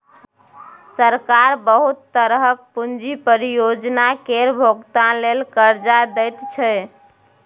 सरकार बहुत तरहक पूंजी परियोजना केर भोगतान लेल कर्जा दइ छै